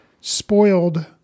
spoiled